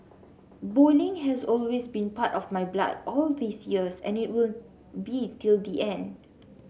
bowling has always been part of my blood all these years and it will be till the end